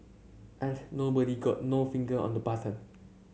ain't nobody got no finger on the button